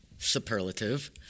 Superlative